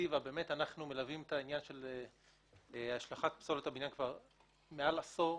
אנחנו מלווים את העניין של השלכת פסולת בניין מעל לעשור,